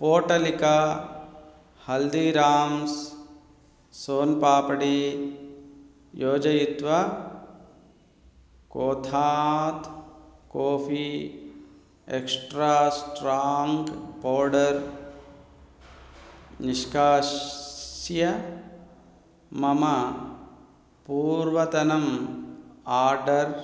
पोटलिका हल्दिराम्स् सोन्पाप्डी योजयित्वा कोथात् coffee extra strong powder निष्कास्य मम पूर्वतनम् आर्डर्